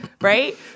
right